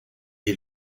est